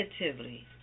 negatively